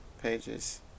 pages